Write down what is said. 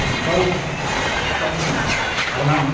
गाव गावनि गोनां